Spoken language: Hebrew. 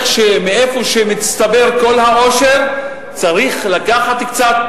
מהיכן שמצטבר כל העושר צריך לקחת קצת,